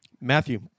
Matthew